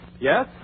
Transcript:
Yes